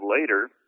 later